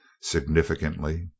significantly